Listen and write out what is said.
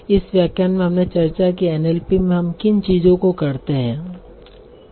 इस व्याख्यान में हमने चर्चा की कि एनएलपी में हम किन चीजों को करते हैं